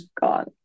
gone